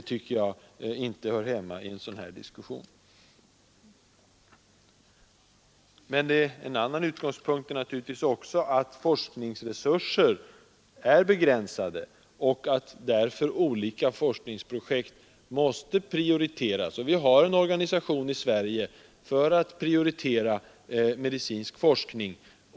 Jag tycker inte att det hör hemma i en allvarlig diskussion. En annan utgångspunkt är också att forskningsresurserna är begränsade. En del forskningsprojekt måste därför prioriteras. Vi har i Sverige en organisation för att prioritera medicinsk forskning.